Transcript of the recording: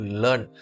learn